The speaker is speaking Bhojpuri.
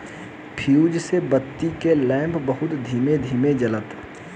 फ्लूइड से बत्ती के लौं बहुत ही धीमे धीमे जलता